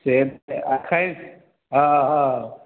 से अखन हँ हँ